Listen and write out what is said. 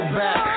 back